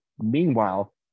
Meanwhile